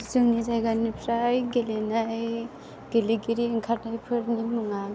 जोंनि जायगानिफ्राय गेलेनाय गेलेगिरि ओंखारनायफोरनि मुंआ